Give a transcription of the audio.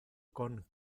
con